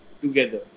together